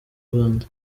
rwanda